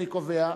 אני קובע,